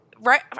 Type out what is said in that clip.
right